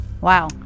Wow